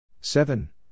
seven